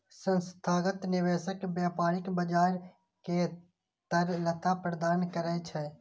संस्थागत निवेशक व्यापारिक बाजार कें तरलता प्रदान करै छै